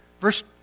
verse